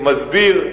מסביר,